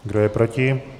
Kdo je proti?